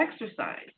exercise